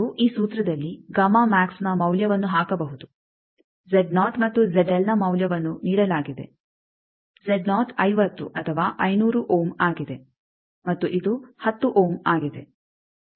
ನೀವು ಈ ಸೂತ್ರದಲ್ಲಿ ನ ಮೌಲ್ಯವನ್ನು ಹಾಕಬಹುದು ಮತ್ತು ನ ಮೌಲ್ಯವನ್ನು ನೀಡಲಾಗಿದೆ 50 ಅಥವಾ 500 ಓಮ್ ಆಗಿದೆ ಮತ್ತು ಇದು 10 ಓಮ್ ಆಗಿದೆ